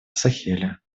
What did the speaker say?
сахеля